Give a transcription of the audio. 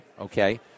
okay